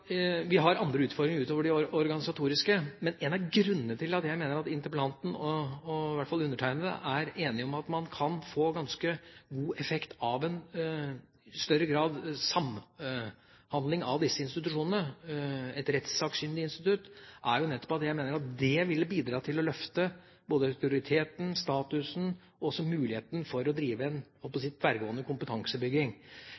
vi har andre utfordringer utover de organisatoriske. Men en av grunnene til at jeg mener at interpellanten og i hvert fall undertegnede er enige om at man kan få ganske god effekt av en større grad av samhandling mellom disse institusjonene, et rettssakkyndig institutt, er at det ville bidra nettopp til å løfte både autoriteten, statusen og også muligheten for å drive en tverrgående kompetansebygging. For når man står i retten og